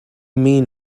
mean